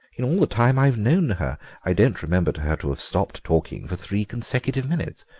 in all the time i've known her i don't remember her to have stopped talking for three consecutive minutes.